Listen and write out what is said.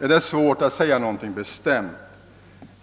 är det svårt att göra några bestämda = förutsägelser.